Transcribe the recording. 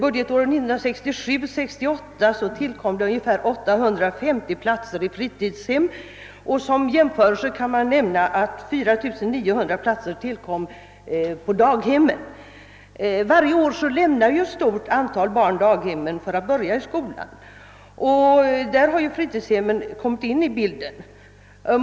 Under budgetåret 1967/68 tillkom ungefär 850 platser i fritidshem. Som jämförelse kan nämnas att 4 900 platser tillkom på daghemmen. Varje år lämnar ett stort antal barn daghemmen för att börja skolan, oci det är då fritidshemmen kommer in i bilden.